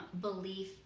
belief